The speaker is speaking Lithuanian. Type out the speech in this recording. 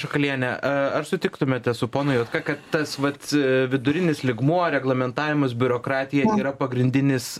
šakaliene a ar sutiktumėte su ponu juodka kad tas vat vidurinis lygmuo reglamentavimas biurokratija yra pagrindinis